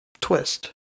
twist